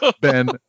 Ben